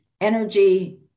Energy